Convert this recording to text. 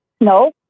No